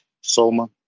Soma